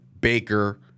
Baker